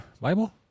Bible